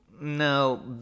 No